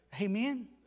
Amen